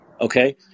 Okay